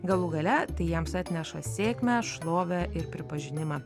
galų gale tai jiems atneša sėkmę šlovę ir pripažinimą